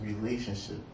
relationship